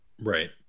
Right